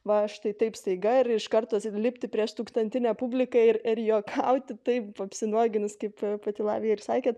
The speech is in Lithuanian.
va štai taip staiga ir iš karto lipti prieš tūkstantinę publiką ir ir juokauti taip apsinuoginus kaip pati latvija ir sakėt